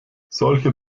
solche